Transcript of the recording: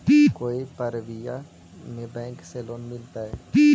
कोई परबिया में बैंक से लोन मिलतय?